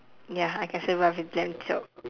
ya I can survive with lamb chop